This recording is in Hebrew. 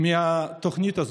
מהתוכנית הזאת.